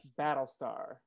Battlestar